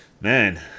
man